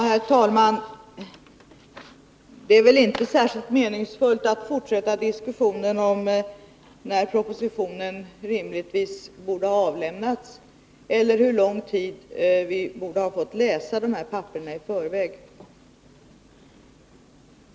Herr talman! Det är väl inte meningsfullt att fortsätta diskussionen om när propositionen rimligtvis borde ha avlämnats eller hur lång tid vi borde ha fått på oss för att läsa förslaget.